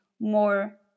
more